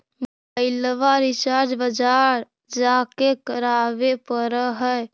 मोबाइलवा रिचार्ज बजार जा के करावे पर है?